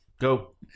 Go